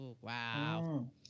wow